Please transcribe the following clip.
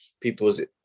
people's